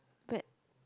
bread